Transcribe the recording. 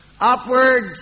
upward